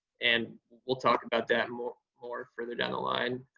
and we'll talk about that more more for the deadline.